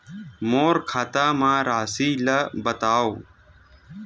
मोर खाता म राशि ल बताओ?